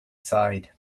side